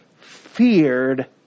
feared